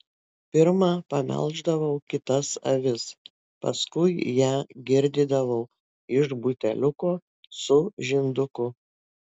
pirma pamelždavau kitas avis paskui ją girdydavau iš buteliuko su žinduku